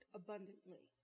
abundantly